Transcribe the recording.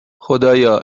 خدایا